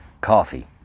coffee